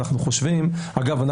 אגב,